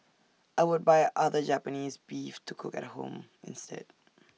I would buy other Japanese Beef to cook at home instead